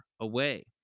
away